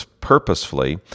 purposefully